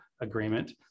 agreement